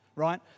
right